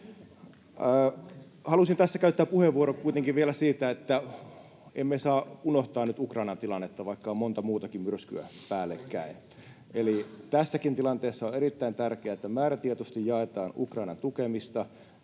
Halusin tässä käyttää puheenvuoron kuitenkin vielä siitä, että emme saa unohtaa nyt Ukrainan tilannetta, vaikka on monta muutakin myrskyä päällekkäin. [Ben Zyskowicz: Oikein!] Eli tässäkin tilanteessa on erittäin tärkeää, että määrätietoisesti jatketaan Ukrainan tukemista